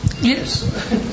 Yes